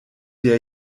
der